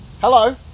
Hello